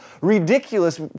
ridiculous